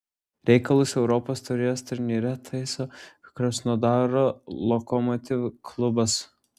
reikalus europos taurės turnyre taiso krasnodaro lokomotiv klubas